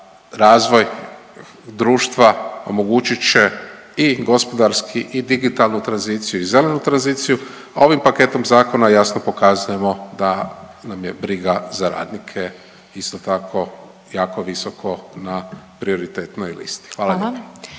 razvoj društva, omogućit će i gospodarski i digitalnu tranziciju i zelenu tranziciju, a ovim paketom zakona jasno pokazujemo da nam je briga za radnike, isto tako jako visoko na prioritetnoj listi. Hvala